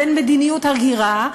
בין מדיניות הגירה,